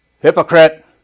hypocrite